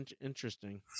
interesting